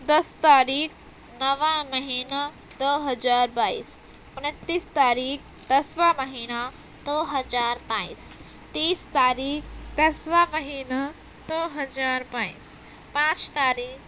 دس تاریخ نواں مہینہ دو ہزار بائیس انتیس تاریخ دسواں مہینہ دو ہزار بائیس تیس تاریخ دسواں مہینہ دو ہزار بائیس تیس پانچ تاریخ